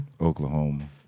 Oklahoma